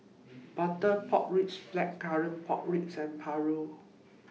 Butter Pork Ribs Blackcurrant Pork Ribs and Paru